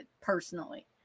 personally